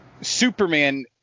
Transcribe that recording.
Superman